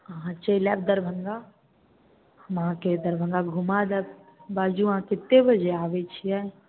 अहाँ चलि आयब दरभङ्गा हम अहाँके दरभङ्गा घुमा देब बाजु अहाँ केत्ते बजे आबै छियै